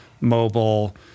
mobile